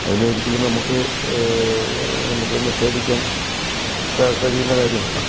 അതിനെ ഒരിക്കലും നമുക്കു നിഷേധിക്കാൻ കഴിയുന്ന കാര്യമല്ല